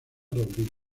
rodrigo